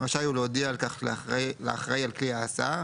רשאי הוא להודיע על כך לאחראי על כלי ההסעה,